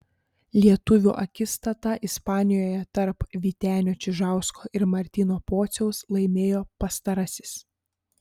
lietuvių akistatą ispanijoje tarp vytenio čižausko ir martyno pociaus laimėjo pastarasis